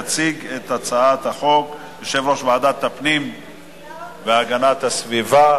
יציג את הצעת החוק יושב-ראש ועדת הפנים והגנת הסביבה,